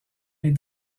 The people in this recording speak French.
est